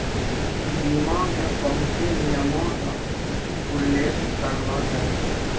बीमा मे बहुते नियमो र उल्लेख करलो जाय छै